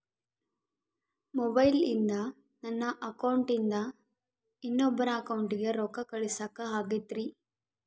ಮೊಬೈಲಿಂದ ನನ್ನ ಅಕೌಂಟಿಂದ ಇನ್ನೊಬ್ಬರ ಅಕೌಂಟಿಗೆ ರೊಕ್ಕ ಕಳಸಾಕ ಆಗ್ತೈತ್ರಿ?